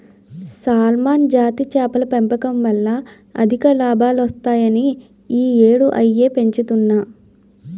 salmon జాతి చేపల పెంపకం వల్ల అధిక లాభాలొత్తాయని ఈ యేడూ అయ్యే పెంచుతన్ను